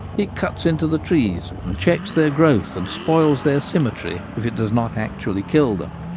it cuts into the trees, and checks their growth and spoils their symmetry, if it does not actually kill them.